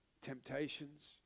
temptations